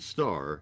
Star